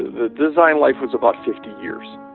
the design life was about fifty years.